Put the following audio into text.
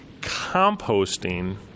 composting